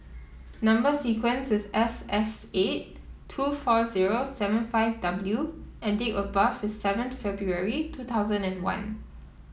number sequence is S S eight two four zero seven five W and date of birth is seventh February two thousand and one